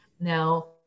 Now